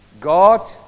God